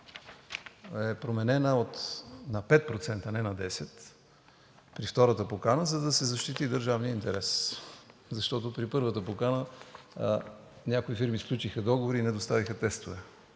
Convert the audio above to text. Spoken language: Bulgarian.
е променена на 5%, а не на 10 при втората покана, за да се защити държавният интерес. Защото при първата покана някои фирми сключиха договори и не доставиха тестове.